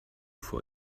vor